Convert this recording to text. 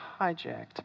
hijacked